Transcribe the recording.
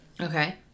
Okay